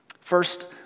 First